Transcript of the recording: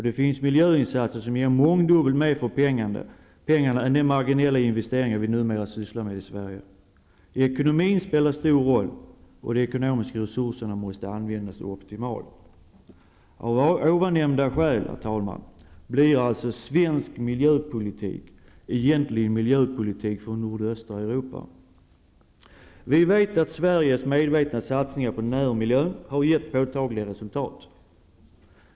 Det finns miljöinsatser som ger mångdubbelt mer för pengarna än de marginella investeringar vi numera sysslar med i Sverige. Ekonomin spelar stor roll, och de ekonomiska resurserna måste användas optimalt. Av ovannämnda skäl blir svensk miljöpolitik egentligen en miljöpolitik för nordöstra Europa. Vi vet att Sveriges medvetna satsningar på närmiljön har gett påtagliga resultat.